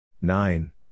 nine